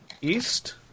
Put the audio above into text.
East